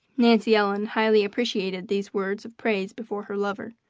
nancy ellen highly appreciated these words of praise before her lover.